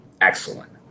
excellent